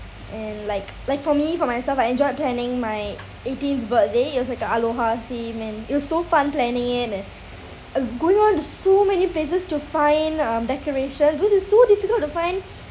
and like like for me for myself I enjoyed planning my eighteenth birthday you also got aloha theme and it was so fun planning it and uh going on to so many places to find um decoration because it's so difficult to find